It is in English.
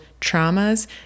traumas